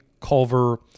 Culver